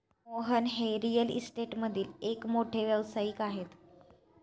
मोहन हे रिअल इस्टेटमधील एक मोठे व्यावसायिक आहेत